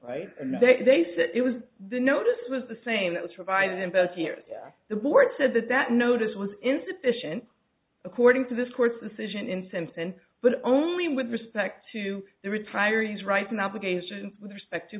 right and they said it was the notice was the same that was provided imposed here the board said that that notice was insufficient according to this court's decision in simpson but only with respect to the retiree's rights an obligation with respect to